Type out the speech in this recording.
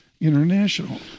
international